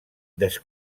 des